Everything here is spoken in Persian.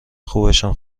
خوبشم